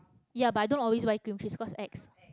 ya but I don't always buy cream cheese cause ex